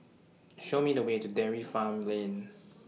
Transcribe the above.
Show Me The Way to Dairy Farm Lane